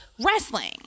Wrestling